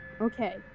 Okay